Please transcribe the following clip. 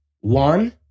One